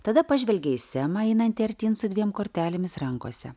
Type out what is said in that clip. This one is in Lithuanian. tada pažvelgė į semą einantį artyn su dviem kortelėmis rankose